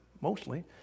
mostly